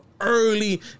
Early